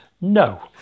No